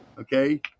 Okay